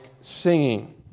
singing